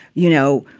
you know,